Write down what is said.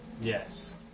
Yes